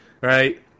right